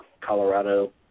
Colorado